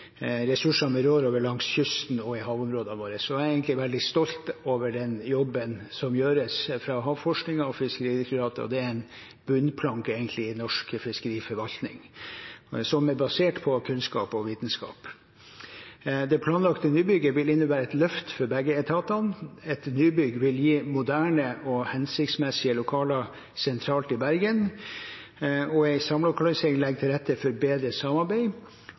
ressursene vi rår over langs kysten og i havområdene våre. Jeg er egentlig veldig stolt av den jobben som gjøres av havforskningen og Fiskeridirektoratet. Det er egentlig en bunnplanke i norsk fiskeriforvaltning, som er basert på kunnskap og vitenskap. Det planlagte nybygget vil innebære et løft for begge etatene. Et nybygg vil gi moderne og hensiktsmessige lokaler sentralt i Bergen, og en samlokalisering legger til rette for bedre samarbeid